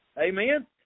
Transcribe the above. amen